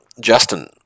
Justin